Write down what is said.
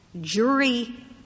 jury